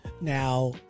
Now